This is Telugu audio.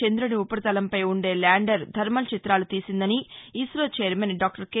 చంద్రుని ఉపరితలంపై ఉండే ల్యాండర్ థర్మల్ చిత్రాలు తీసిందని ఇసో చైర్మన్ డాక్టర్ కె